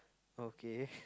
okay